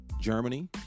Germany